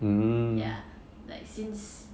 ya like since